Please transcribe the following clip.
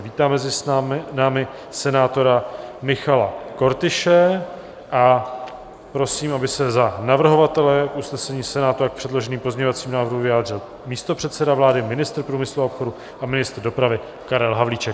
Vítám mezi námi senátora Michala Kortyše a prosím, aby se za navrhovatele k usnesení Senátu a k předloženým pozměňovacím návrhům vyjádřil místopředseda vlády, ministr průmyslu a obchodu a ministr dopravy Karel Havlíček.